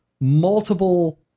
multiple